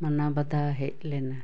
ᱢᱟᱱᱟ ᱵᱟᱫᱷᱟ ᱦᱮᱡ ᱞᱮᱱᱟ